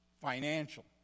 Financial